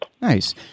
Nice